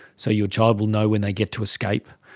so your child will know when they get to escape.